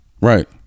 Right